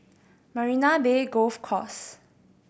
Marina Bay Golf Course